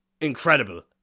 Incredible